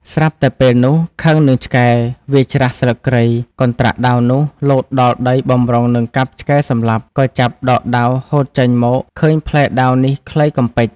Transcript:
ស្រាប់តែពេលនោះខឹងនឹងឆ្កែវាច្រាសស្លឹកគ្រៃ កន្ដ្រាក់ដាវនោះលោតដល់ដីបំរុងនឹង កាប់ឆ្កែសំលាប់ ក៏ចាប់ដកដាវហូតចេញមកឃើញផ្លែដាវនេះខ្លីកំប៉ិច។